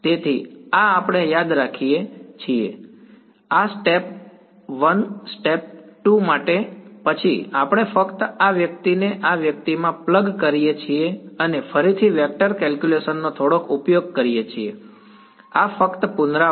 તેથી આ આપણે યાદ રાખીએ છીએ આ સ્ટેપ 1 સ્ટેપ 2 માટે પછી આપણે ફક્ત આ વ્યક્તિને આ વ્યક્તિમાં પ્લગ કરીએ છીએ અને ફરીથી વેક્ટર કેલ્ક્યુલસ નો થોડો ઉપયોગ કરીએ છીએ આ ફક્ત પુનરાવર્તન છે